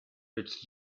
its